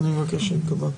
אני מבקש שייקבע.